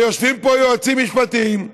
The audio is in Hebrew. יושבים פה יועצים משפטיים,